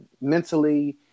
mentally